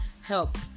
help